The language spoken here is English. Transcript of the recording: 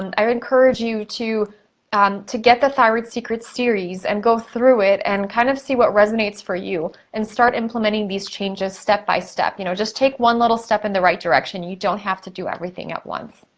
and i encourage you to um to get the thyroid secret series, and go through it, and kinda kind of see what resonates for you, and start implementing these changes step by step. you know just take one little step in the right direction. you don't have to do everything at once.